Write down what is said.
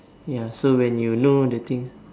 ya so when you know the things